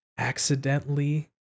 accidentally